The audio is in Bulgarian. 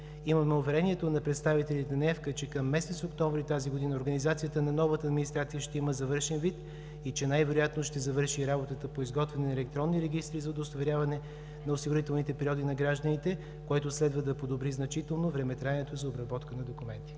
Имаме уверението на представителите на ФК, че към месец октомври тази година организацията на новата администрация ще има завършен вид и че най-вероятно ще завърши работата по изготвяне електронни регистри за удостоверяване на осигурителните периоди на гражданите, което следва да подобри значително времетраенето за обработка на документи.